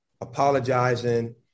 apologizing